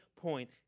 point